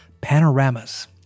panoramas